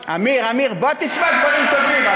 עמיר, עמיר, בוא תשמע דברים טובים.